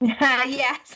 Yes